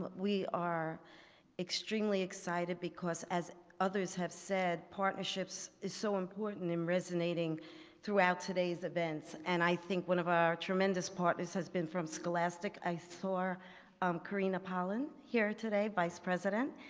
we are extremely excited because as others have said, partnerships is so important in resonating throughout today's events. and i think one of our tremendous partners has been from scholastic, i saw um korina palin here today, vice president.